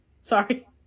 Sorry